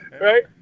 Right